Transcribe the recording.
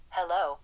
Hello